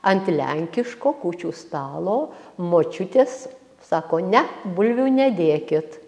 ant lenkiško kūčių stalo močiutės sako ne bulvių nedėkit